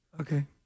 Okay